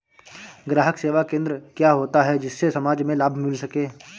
ग्राहक सेवा केंद्र क्या होता है जिससे समाज में लाभ मिल सके?